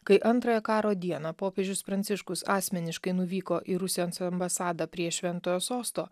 kai antrąją karo dieną popiežius pranciškus asmeniškai nuvyko į rusijos ambasadą prie šventojo sosto